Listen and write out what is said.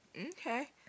Okay